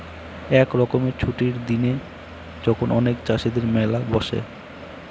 এক রকমের ছুটির দিনে যখন অনেক চাষীদের মেলা বসে